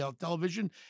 Television